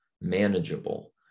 manageable